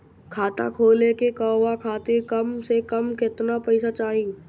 खाता खोले के कहवा खातिर कम से कम केतना पइसा चाहीं?